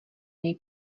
něj